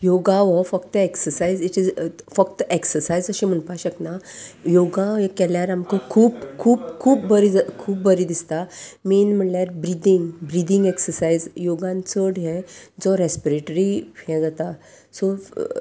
योगा हो फक्त एक्सरसायज फक्त एक्सरसायज अशें म्हणपाक शकना योगा हें केल्यार आमकां खूब खूब खूब बरी खूब बरी दिसता मेन म्हणल्यार ब्रिदींग ब्रिदिंग एक्सरसायज योगान चड हे जो रेस्पिरेट्री हें जाता सो